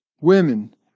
Women